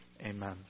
Amen